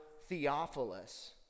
Theophilus